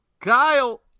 Kyle